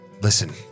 Listen